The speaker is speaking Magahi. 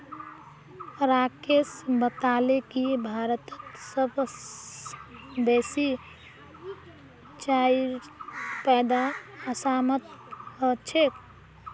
राकेश बताले की भारतत सबस बेसी चाईर पैदा असामत ह छेक